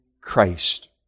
Christ